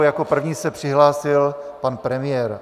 Jako první se přihlásil pan premiér.